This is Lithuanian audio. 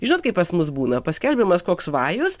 žinot kaip pas mus būna paskelbiamas koks vajus